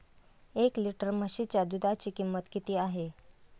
एक लिटर म्हशीच्या दुधाची किंमत किती आहे?